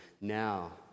now